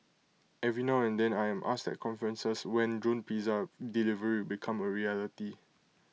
every now and then I am asked at conferences when drone pizza delivery become A reality